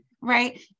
right